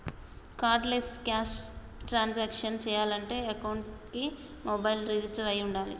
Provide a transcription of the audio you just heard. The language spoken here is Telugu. కార్డులెస్ క్యాష్ ట్రాన్సాక్షన్స్ చెయ్యాలంటే అకౌంట్కి మొబైల్ రిజిస్టర్ అయ్యి వుండాలే